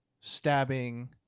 stabbing